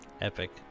Epic